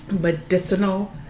medicinal